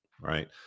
right